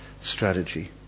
strategy